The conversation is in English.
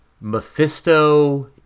Mephisto